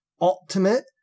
ultimate